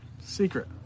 Secret